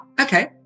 okay